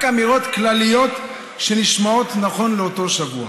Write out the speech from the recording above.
רק אמירות כלליות שנשמעות נכון לאותו שבוע.